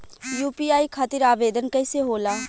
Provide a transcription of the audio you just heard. UPI खातिर आवेदन कैसे होला?